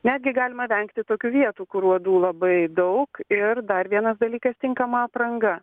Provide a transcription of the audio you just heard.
netgi galima vengti tokių vietų kur uodų labai daug ir dar vienas dalykas tinkama apranga